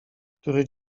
który